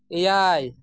ᱮᱭᱟᱭ